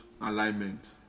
alignment